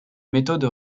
méthode